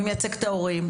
מי מייצג את ההורים,